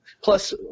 plus